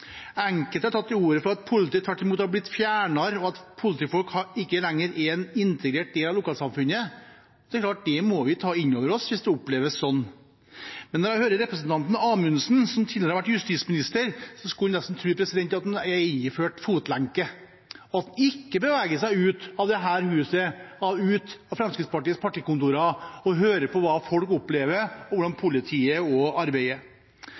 Enkelte har tatt til orde for at politiet tvert imot har blitt fjernere, og at politifolk ikke lenger er en integrert del av lokalsamfunnet. Det er klart at hvis det oppleves sånn, må vi ta det inn over oss. Når jeg hører representanten Amundsen, som tidligere har vært justisminister, skulle en nesten tro han er iført fotlenke og ikke beveger seg ut av dette huset, ut av Fremskrittspartiets partikontor, og hører på hva folk opplever, og hvordan politiet også arbeider. Når lokale lensmannskontor og